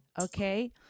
Okay